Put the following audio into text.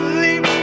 leave